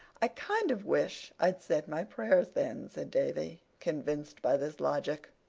i kind of wish i'd said my prayers then, said davy, convinced by this logic.